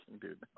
dude